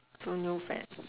so no fat